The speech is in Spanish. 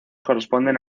corresponden